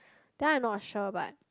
that one I not sure but